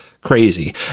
Crazy